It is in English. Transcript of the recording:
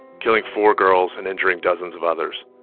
killing four girls and injuring dozens of others.